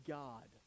god